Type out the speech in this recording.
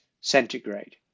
centigrade